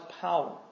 power